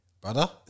brother